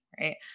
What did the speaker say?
right